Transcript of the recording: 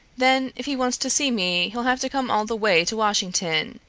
then if he wants to see me he'll have to come all the way to washington.